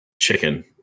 chicken